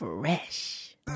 Fresh